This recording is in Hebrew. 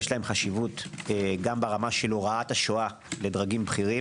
יש להן חשיבות גם ברמה של הוראת השואה לדרגים בכירים